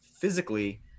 physically